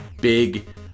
big